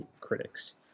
critics